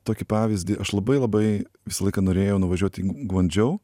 tokį pavyzdį aš labai labai visą laiką norėjau nuvažiuot į gvandžou